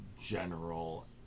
general